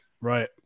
Right